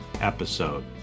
episode